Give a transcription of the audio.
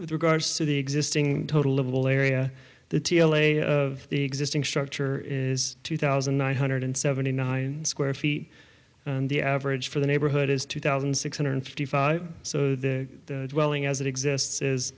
with regards to the existing the total livable area the t l a of the existing structure is two thousand nine hundred seventy nine square feet and the average for the neighborhood is two thousand six hundred fifty five so the welling as it exists is